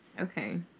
okay